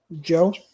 Joe